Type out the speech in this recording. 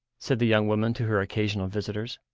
said the young woman to her occasional visitors.